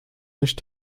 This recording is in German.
nicht